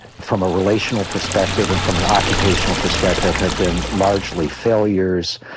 from a relational perspective and from an occupational perspective have been largely failures.